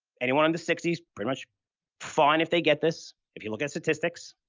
anyone under sixty s pretty much fine if they get this, if you look at statistics.